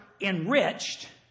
enriched